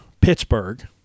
Pittsburgh